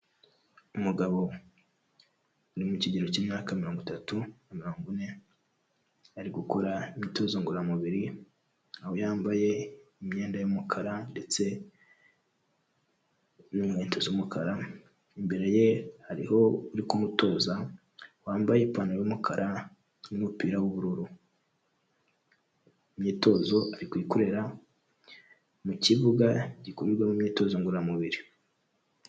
Umugabo ni mu kigero cy'imyaka mirongo itatu na mirongo ine, ari gukora imyitozo ngororamubiri, aho yambaye imyenda y'umukara ndetse n'ikweto z'umukara, imbere ye hariho uri ku mutoza, wambaye ipantaro y'umukara n'umupira w'ubururu, imyitozo ari kuyikorera mu kibuga gikorerwamo imyitozo ngororamubiri.